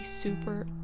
super